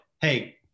hey